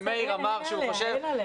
ומאיר אמר שהוא חושב --- אין על הצוות שלך.